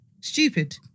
Stupid